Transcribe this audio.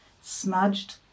Smudged